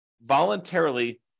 voluntarily